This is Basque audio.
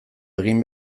egin